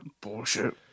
Bullshit